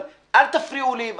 אבל אל תפריעו לי.